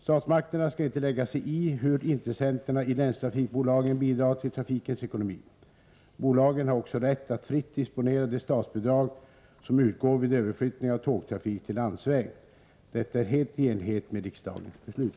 Statsmakterna skall inte lägga sig i hur intressenterna i länstrafikbolagen bidrar till trafikens ekonomi. Bolagen har också rätt att fritt disponera de statsbidrag som utgår vid överflyttning av tågtrafik till landsväg. Detta är helt i enlighet med riksdagens beslut.